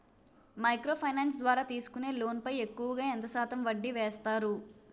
Micro finance ద్వారా తీసుకునే loan పై ఎక్కువుగా ఎంత శాతం వడ్డీ వేస్తారు?